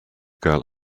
girl